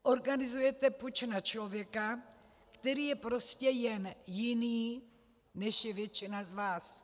Organizujete puč na člověka, který je prostě jen jiný, než je většina z vás.